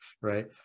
right